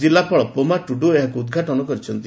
ଜିଲାପାଳ ଡପୋମା ଟୁଡୁ ଏହାକୁ ଉଦ୍ଘାଟନ କରିଛନ୍ତି